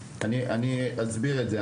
אז אני אסביר את זה.